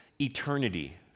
eternity